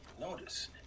Notice